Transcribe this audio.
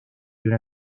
una